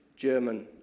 German